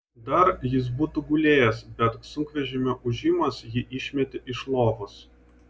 dar jis būtų gulėjęs bet sunkvežimio ūžimas jį išmetė iš lovos